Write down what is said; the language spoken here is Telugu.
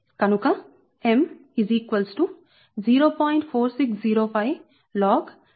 కనుక M0